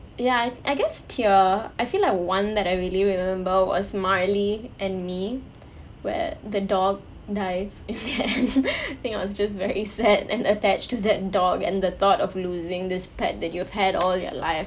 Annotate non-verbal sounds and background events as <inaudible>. ya I I guess tear I feel like one that I really remember was marley and me where the dog dies <laughs> think I was just very sad and attached to that dog and the thought of losing this pet that you've had all your life